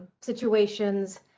situations